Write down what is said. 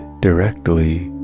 directly